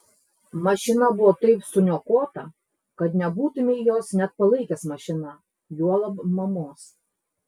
mašina buvo taip suniokota kad nebūtumei jos net palaikęs mašina juolab mamos